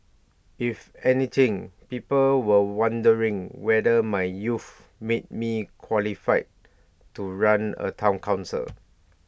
if anything people were wondering whether my youth made me qualified to run A Town Council